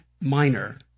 minor